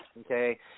okay